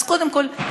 אז קודם כול,